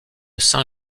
saint